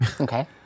Okay